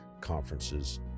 conferences